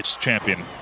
champion